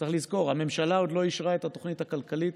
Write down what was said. צריך לזכור: הממשלה עוד לא אישרה את התוכנית הכלכלית.